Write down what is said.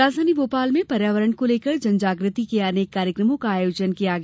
राजधानी भोपाल में पर्यावरण को लेकर जनजाग्रति के अनेक कार्यक्रमों का आयोजन किया गया